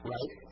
Right